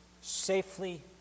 safely